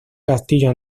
castillo